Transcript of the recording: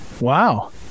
wow